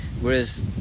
Whereas